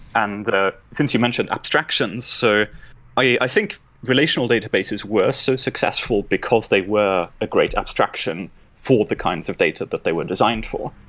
and since you mentioned abstractions, so i think relational databases were so successful because they were a great abstraction for the kinds of data that they were designed for.